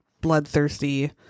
bloodthirsty